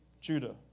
Judah